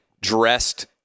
dressed